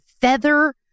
feather